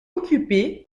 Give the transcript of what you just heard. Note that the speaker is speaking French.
occupée